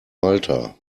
malta